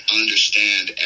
understand